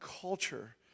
culture